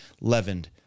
leavened